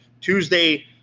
Tuesday